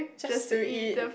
just do it